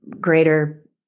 greater